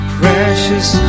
precious